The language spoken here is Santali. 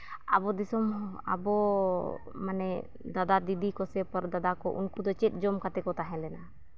ᱟᱵᱚ ᱫᱤᱥᱚᱢ ᱟᱵᱚ ᱢᱟᱱᱮ ᱫᱟᱫᱟ ᱫᱤᱫᱤ ᱠᱚ ᱥᱮ ᱯᱚᱨ ᱫᱟᱫᱟ ᱠᱚ ᱩᱱᱠᱩ ᱫᱚ ᱪᱮᱫ ᱡᱚᱢ ᱠᱟᱛᱮᱫ ᱠᱚ ᱛᱟᱦᱮᱸᱞᱮᱱᱟ